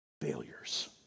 failures